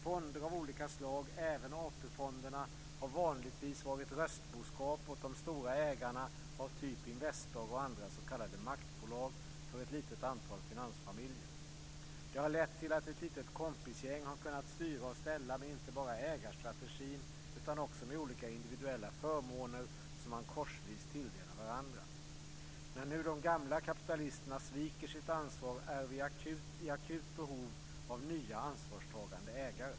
Fonder av olika slag, även AP fonderna, har vanligtvis varit röstboskap åt de stora ägarna, av typ Investor och andra s.k. maktbolag för ett litet antal finansfamiljer. Det har lett till att ett litet kompisgäng har kunnat styra och ställa inte bara med ägarstrategin utan också med olika individuella förmåner som man korsvis tilldelar varandra. När nu de gamla kapitalisterna sviker sitt ansvar är vi i akut behov av nya, ansvarstagande ägare.